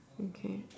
okay